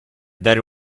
dare